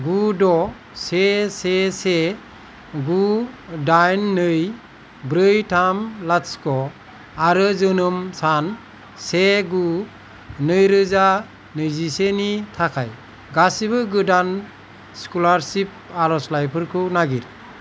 गु द से से से गु दाइन नै ब्रै थाम लाथिख' आरो जोनोम सान से गु नै रोजा नैजिसेनि थाखाय गासिबो गोदान स्कलारसिप आर'जलाइफोरखौ नागिर